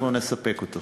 אנחנו נספק אותו.